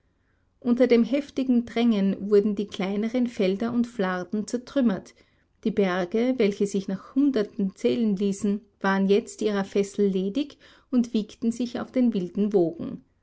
unter dem heftigen drängen wurden die kleineren felder und flarden zertrümmert die berge welche sich nach hunderten zählen ließen waren jetzt ihrer fessel ledig und wiegten sich auf den wilden wogen